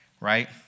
right